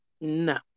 No